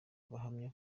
bahamya